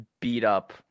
beat-up